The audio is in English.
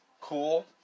cool